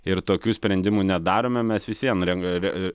ir tokių sprendimų nedarome mes vis vien ren